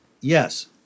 yes